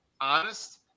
honest